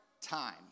time